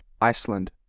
Iceland